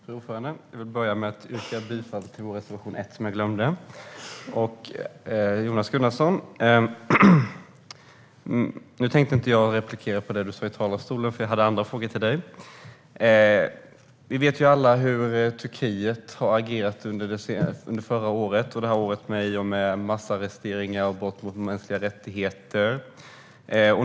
Fru talman! Jag vill börja med att yrka bifall till vår reservation 1, vilket jag glömde att göra tidigare. Jag tänkte inte replikera på det du sa i talarstolen, Jonas Gunnarsson, för jag har andra frågor till dig. Vi vet alla hur Turkiet har agerat under förra året och det här året, med massarresteringar och brott mot mänskliga rättigheter.